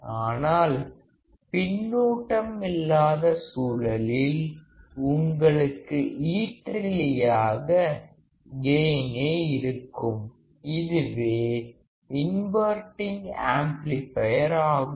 ஆனால் பின்னூட்டம் இல்லாத சூழலில் உங்களுக்கு ஈற்றிலியாக கெயினே இருக்கும் இதுவே இன்வர்டிங் ஆம்ப்ளிபையர் ஆகும்